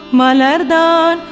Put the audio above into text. malardan